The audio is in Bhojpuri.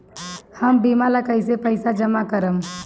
हम बीमा ला कईसे पईसा जमा करम?